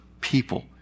people